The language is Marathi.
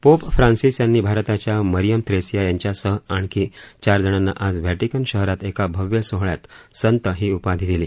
पोप फ्रांसीस यांनी भारताच्या मरियम थ्रेसिया यांच्यासह आणखी चार जणांना आज व्हेटिकन शहरात एका भव्य सोहळ्यात संत ही उपाधी दिली